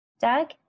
Doug